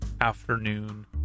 afternoon